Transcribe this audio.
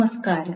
നമസ്കാരം